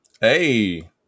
hey